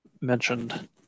mentioned